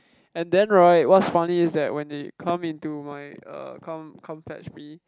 and then right what's funny is that when they come into my er come come fetch me